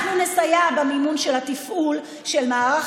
אנחנו נסייע במימון של התפעול של מערך